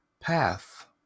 path